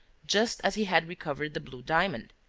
just as he had recovered the blue diamond.